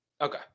Okay